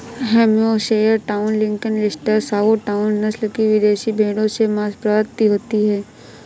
Hampshire town, Lincoln, Leicester, south town, नस्ल की विदेशी भेंड़ों से माँस प्राप्ति होती है